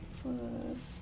plus